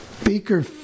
speaker